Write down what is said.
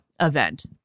event